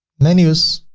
menus,